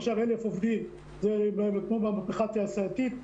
עכשיו חלק עובדים באבטחה תעשייתית,